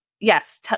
yes